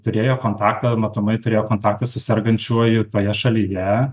turėjo kontaktą matomai turėjo kontaktą su sergančiuoju toje šalyje